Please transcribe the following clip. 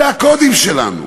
אלה הקודים שלנו,